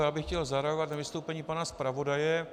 Já bych chtěl zareagovat na vystoupení pana zpravodaje.